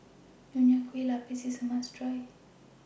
Nonya Kueh Lapis IS A must Try